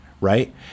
right